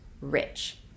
rich